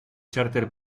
chárter